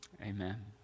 Amen